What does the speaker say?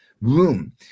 room